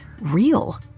real